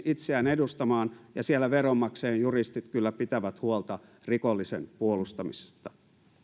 itseään edustamaan ja siellä veronmaksajien juristit kyllä pitävät huolta rikollisen puolustamisesta